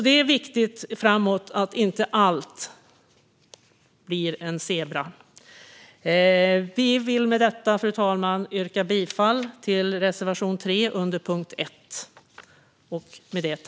Det är viktigt framåt att inte allt blir en zebra. Jag vill med detta, fru talman, yrka bifall till reservation 3 under punkt 1.